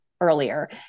earlier